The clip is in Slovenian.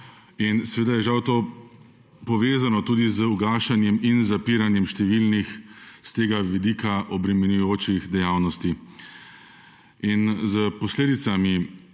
družbo, je žal to povezano tudi z ugašanjem in zapiranjem številnih s tega vidika obremenjujočih dejavnosti. In s posledicami